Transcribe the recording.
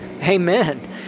Amen